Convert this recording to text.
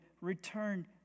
return